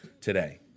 today